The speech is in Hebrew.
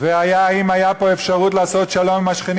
אם הייתה אפשרות לעשות שלום עם השכנים